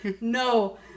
no